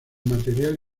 material